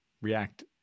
react